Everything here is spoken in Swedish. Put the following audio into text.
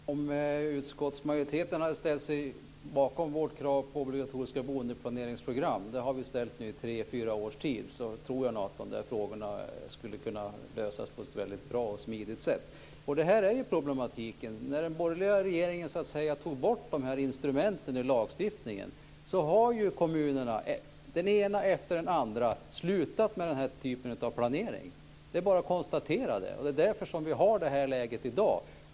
Fru talman! Om utskottsmajoriteten hade ställt sig bakom vårt krav på obligatoriska boendeplaneringsprogram - det har vi ställt i tre fyra års tid - tror jag att de frågorna skulle ha kunnat lösas på ett väldigt bra och smidigt sätt. Detta är problematiken. Efter det att den borgerliga regeringen tog bort dessa instrument i lagstiftningen har kommunerna, den ena efter den andra, slutat med denna typ av planering. Det är bara att konstatera det. Det är därför vi har detta läge i dag.